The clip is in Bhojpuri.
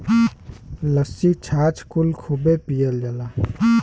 लस्सी छाछ कुल खूबे पियल जाला